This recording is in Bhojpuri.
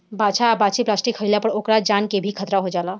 बाछा आ बाछी प्लास्टिक खाइला पर ओकरा जान के भी खतरा हो जाला